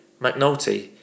McNulty